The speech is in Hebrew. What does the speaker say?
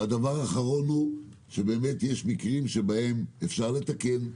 והדבר האחרון הוא שבאמת יש מקרים שבהם אפשר לתקן,